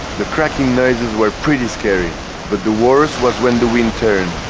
the cracking noises were pretty scary but the worst was when the wind turned.